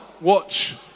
watch